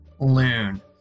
Loon